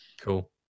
cool